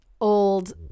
old